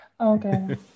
okay